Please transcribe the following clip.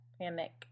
Panic